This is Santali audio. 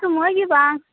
ᱥᱳᱢᱚᱭ ᱜᱮ ᱵᱟᱝ